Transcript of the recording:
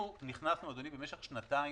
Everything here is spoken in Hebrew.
אנחנו נכנסנו במשך שנתיים,